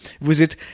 visit